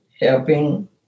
Helping